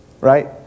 right